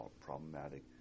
problematic